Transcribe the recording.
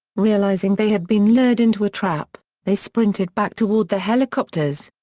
realizing they had been lured into a trap, they sprinted back toward the helicopters.